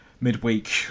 midweek